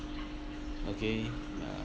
okay uh